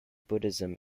buddhism